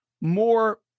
more